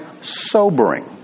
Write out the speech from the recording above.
sobering